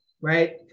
right